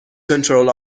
control